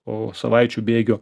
o savaičių bėgio